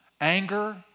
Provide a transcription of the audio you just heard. anger